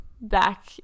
back